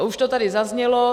Už to tady zaznělo.